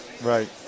right